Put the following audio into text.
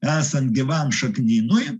esant gyvam šaknynui